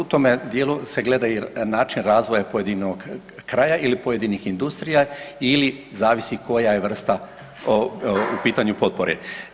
U tome dijelu se gleda i način razvoja pojedinog kraja ili pojedinih industrija ili zavisi koja je vrsta u pitanju potpore.